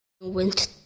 went